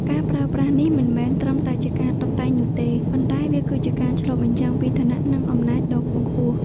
ការប្រើប្រាស់នេះមិនមែនត្រឹមតែជាការតុបតែងនោះទេ ប៉ុន្តែវាគឺជាការឆ្លុះបញ្ចាំងពីឋានៈ និងអំណាចដ៏ខ្ពង់ខ្ពស់។